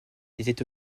était